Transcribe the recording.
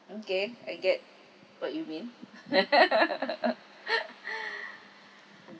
okay I get what you mean